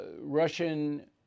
Russian